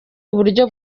uburyo